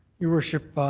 your worship,